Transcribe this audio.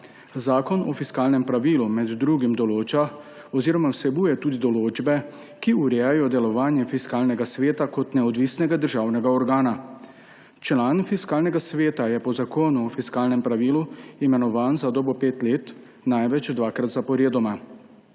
Zakon o fiskalnem pravilu med drugim določa oziroma vsebuje tudi določbe, ki urejajo delovanje Fiskalnega sveta kot neodvisnega državnega organa. Član Fiskalnega sveta je po Zakonu o fiskalnem pravilu imenovan za dobo pet let, največ dvakrat zaporedoma.